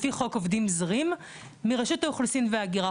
לפי חוק עובדים זרים, מרשות האוכלוסין וההגירה.